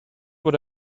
what